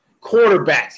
quarterbacks